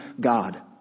God